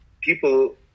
people